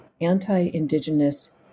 anti-Indigenous